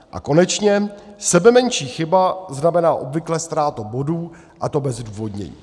A konečně, sebemenší chyba znamená obvykle ztrátu bodů, a to bez zdůvodnění.